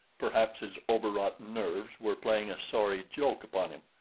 perhaps his overwrought nerves were playing a sorry joke upon him.